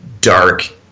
dark